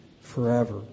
forever